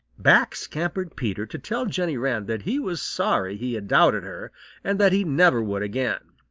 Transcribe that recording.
back scampered peter to tell jenny wren that he was sorry he had doubted her and that he never would again.